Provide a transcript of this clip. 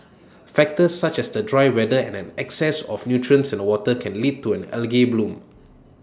factors such as the dry weather and an excess of nutrients in the water can lead to an algae bloom